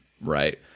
right